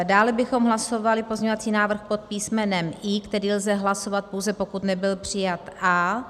Dále bychom hlasovali pozměňovací návrh pod písmenem I, který lze hlasovat, pouze pokud by nebyl přijat A.